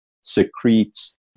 secretes